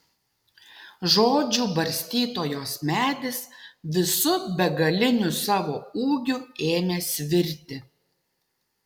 žodžių barstytojos medis visu begaliniu savo ūgiu ėmė svirti